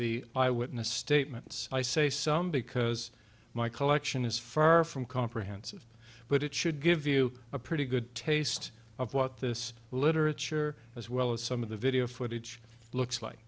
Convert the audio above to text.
eyewitness statements i say some because my collection is far from comprehensive but it should give you a pretty good taste of what this literature as well as some of the video footage looks like